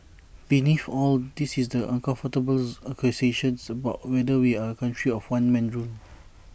beneath all this is the uncomfortable accusation about whether we are A country of one man rule